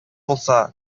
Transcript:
булса